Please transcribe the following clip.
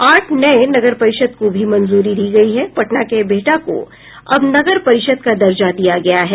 आठ नए नगर परिषद को भी मंजूरी दी गई है पटना के बिहटा को अब नगर परिषद का दर्जा दिया गया है